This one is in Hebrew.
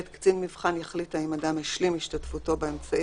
קצין מבחן יחליט האם אדם השלים השתתפותו באמצעי